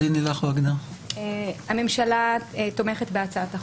הממשלה תומכת בהצעת החוק.